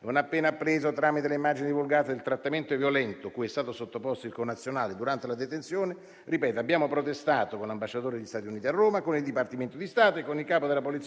Non appena appreso tramite le immagini divulgate del trattamento violento cui è stato sottoposto il connazionale durante la detenzione, lo ripeto, abbiamo protestato con l'ambasciatore degli Stati Uniti a Roma, con il Dipartimento di Stato e con il capo della polizia di